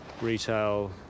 retail